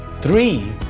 Three